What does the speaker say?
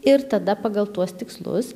ir tada pagal tuos tikslus